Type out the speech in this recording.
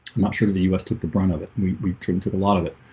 not sure that us took the brunt of it. we couldn't take a lot of it